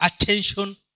attention